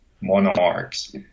monarchs